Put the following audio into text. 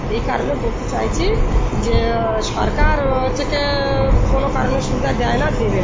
এই কারণে বলতে চাইছি যে সরকার থেকে কোনো কারণে সুবিধা দেয় না দেবেও না